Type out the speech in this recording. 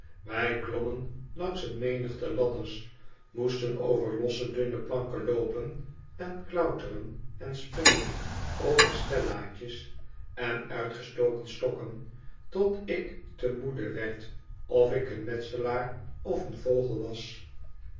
wij klommen langs een menigte ladders moesten over losse dunne planken loopen en klauteren en springen over stellaadjes en uitgestoken stokken tot ik te moede werd of ik een metselaar of een vogel was